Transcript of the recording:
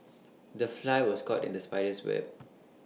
the fly was caught in the spider's web